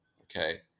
okay